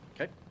Okay